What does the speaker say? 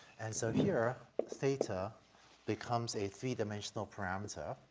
and so here theta becomes a three-dimensional parameter,